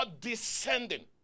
descending